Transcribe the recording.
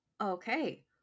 Okay